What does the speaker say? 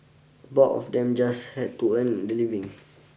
bulk of them just had to earn the living